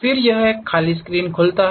फिर यह एक खाली स्क्रीन खोलता है